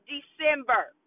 December